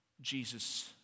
Jesus